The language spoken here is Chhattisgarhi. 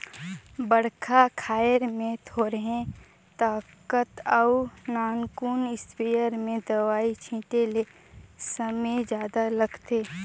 बड़खा खायर में थोरहें ताकत अउ नानकुन इस्पेयर में दवई छिटे ले समे जादा लागथे